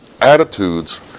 attitudes